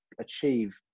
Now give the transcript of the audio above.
achieve